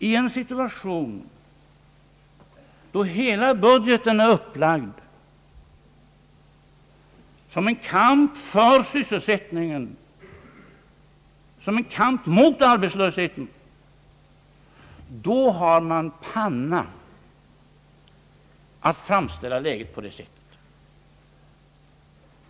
I en situation, då hela budgeten är upplagd som en kamp för sysselsättningen och mot arbetslösheten, har man panna att framställa läget på det sättet!